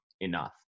enough